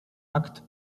akt